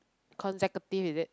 consecutive is it